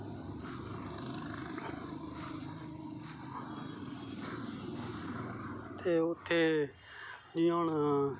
ते उत्थे जियां हून